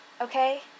okay